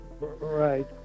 Right